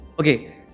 Okay